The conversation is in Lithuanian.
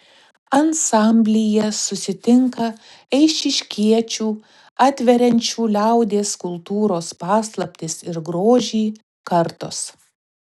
ansamblyje susitinka eišiškiečių atveriančių liaudies kultūros paslaptis ir grožį kartos